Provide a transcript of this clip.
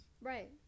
right